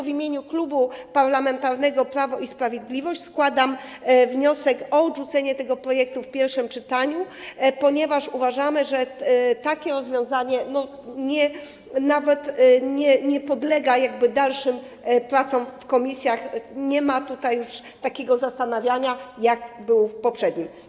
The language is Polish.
W imieniu Klubu Parlamentarnego Prawo i Sprawiedliwość składam wniosek o odrzucenie tego projektu w pierwszym czytaniu, ponieważ uważamy, że takie rozwiązanie nawet nie podlega dalszym pracom w komisjach, nie ma tutaj już takiego zastanawia się, jakie było poprzednio.